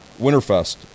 Winterfest